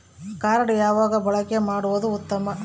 Card ಯಾವಾಗ ಬಳಕೆ ಮಾಡುವುದು ಉತ್ತಮ?